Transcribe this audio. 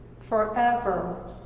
forever